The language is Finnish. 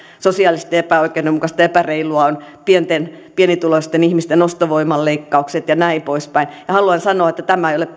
sosiaalisesti epäoikeudenmukaista ja epäreilua on pienituloisten ihmisten ostovoiman leikkaukset ja näin poispäin haluan sanoa että tämä ei ole